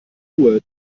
uhr